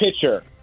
pitcher